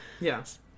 Yes